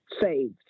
saved